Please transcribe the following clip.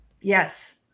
Yes